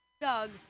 Doug